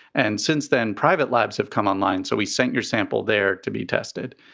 and since then, private labs have come on line. so we sent your sample there to be tested.